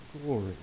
glory